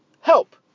help